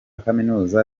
kaminuza